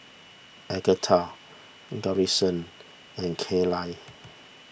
Agatha Garrison and Kaylie